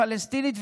של פלסטינים,